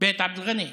בית עבד אל-ר'ני,